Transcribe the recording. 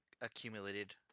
accumulated